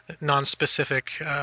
non-specific